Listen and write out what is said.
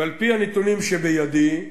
ועל-פי הנתונים שבידי,